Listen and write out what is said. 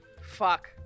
Fuck